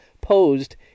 posed